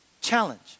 Challenge